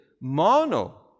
Mono